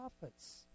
prophets